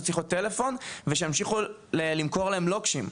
שיחות טלפון ושימשיכו למכור להם לוקשים,